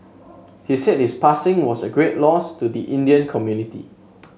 he said his passing was a great loss to the Indian community